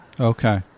Okay